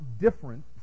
different